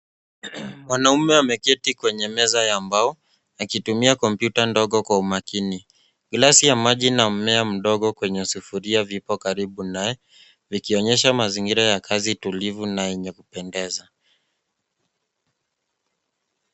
Mwanaume ameketi kwenye meza ya mbao akitumia kompyuta ndogo kwa umakini. Glasi ya maji na mmea mdogo kwenye sufuria vipo karibu naye, vikionyesha mazingira ya kazi tulivu na yenye kupendeza.